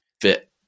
fit